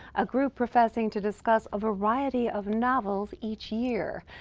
a group professing to discuss a variety of novels each year.